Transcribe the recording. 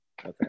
Okay